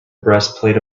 breastplate